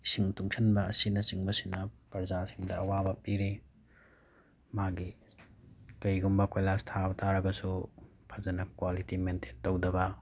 ꯏꯁꯤꯡ ꯇꯨꯡꯁꯤꯟꯕ ꯑꯁꯤꯅ ꯆꯤꯡꯕꯁꯤꯡꯅ ꯄ꯭ꯔꯥꯖꯥꯁꯤꯡꯗ ꯑꯋꯥꯕ ꯄꯤꯔꯤ ꯃꯥꯒꯤ ꯀꯔꯤꯒꯨꯝꯕ ꯀꯣꯏꯂꯥꯁ ꯊꯥꯕ ꯇꯥꯔꯒꯁꯨ ꯐꯖꯅ ꯀ꯭ꯋꯥꯂꯤꯇꯤ ꯃꯦꯟꯇꯦꯟ ꯇꯧꯗꯕ